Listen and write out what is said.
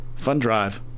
Fundrive